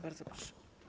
Bardzo proszę.